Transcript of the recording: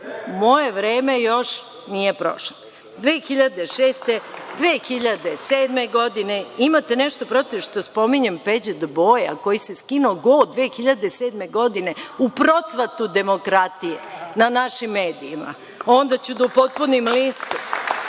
vreme još nije prošlo. Godine 2006, 2007, imate nešto protiv što spominjem Peđu D. Boja koji se skinuo go 2007. godine u procvatu demokratije na našim medijima, pa onda ću da upotpunim listu.